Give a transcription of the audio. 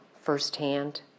firsthand